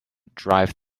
drive